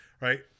Right